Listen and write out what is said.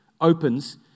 opens